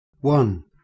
One